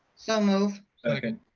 so moved. second.